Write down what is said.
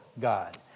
God